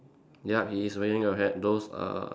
ya he is wearing a hat those err